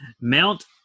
Mount